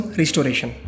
restoration